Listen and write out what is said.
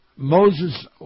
Moses